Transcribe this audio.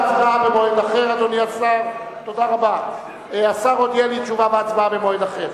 אדוני השר, תשובה והצבעה במועד אחר?